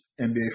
NBA